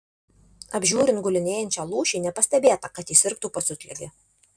apžiūrint gulinėjančią lūšį nepastebėta kad ji sirgtų pasiutlige